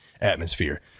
atmosphere